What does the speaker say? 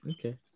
Okay